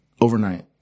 Overnight